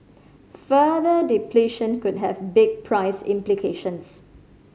further depletion could have big price implications